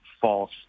false